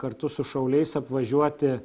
kartu su šauliais apvažiuoti